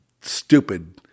stupid